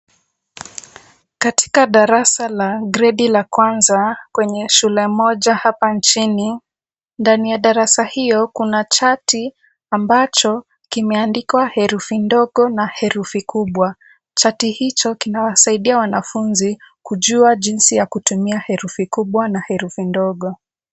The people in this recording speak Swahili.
Katika darasa la gredi la kwanza kwenye shule moja hapa nchini. Ndani ya darasa hiyo kuna chati ambacho kimeandikwa herufi ndogo na herufi kubwa. Chati hicho kinawasaidia wanafunzi kujua jinsi ya kutumia herufi kubwa na herufi ndogo.